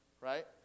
right